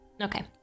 Okay